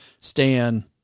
Stan